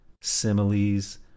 similes